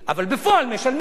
אבל בפועל משלמים.